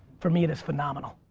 for me that's phenomenal.